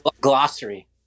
glossary